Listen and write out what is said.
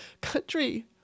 country